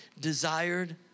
desired